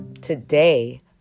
Today